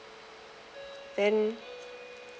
then